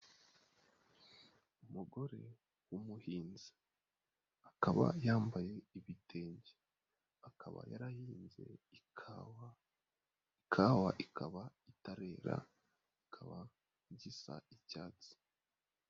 Umugore w'umuhinza, akaba yambaye ibitenge, akaba yarahinze ikawa, ikawa ikaba itarera ikaba igisa icyatsi.